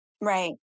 Right